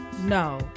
no